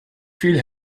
viel